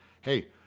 hey